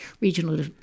regional